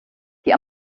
die